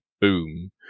Boom